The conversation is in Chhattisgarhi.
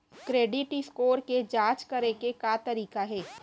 क्रेडिट स्कोर के जाँच करे के का तरीका हे?